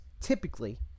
typically